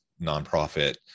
nonprofit